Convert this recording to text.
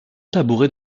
tabouret